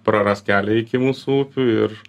praras kelią iki mūsų ūkių ir